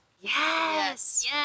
Yes